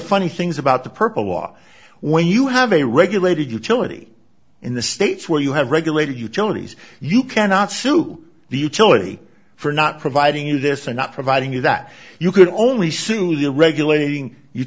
funny things about the purple law when you have a regulated utility in the states where you have regulated utilities you cannot sue the utility for not providing you this and not providing you that you can only sunia regulating you